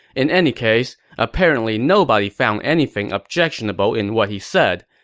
in any case, apparently nobody found anything objectionable in what he said.